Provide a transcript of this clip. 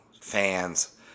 fans